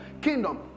kingdom